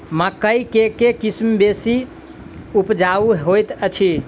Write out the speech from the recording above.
मकई केँ के किसिम बेसी उपजाउ हएत अछि?